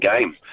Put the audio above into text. game